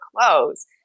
clothes